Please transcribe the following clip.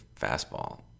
fastball